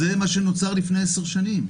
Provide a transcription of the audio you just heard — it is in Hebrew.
זה מה שנוצר לפני עשר שנים.